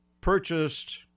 purchased